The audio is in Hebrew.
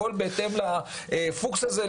הכול בהתאם לפוקס הזה,